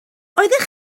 oeddech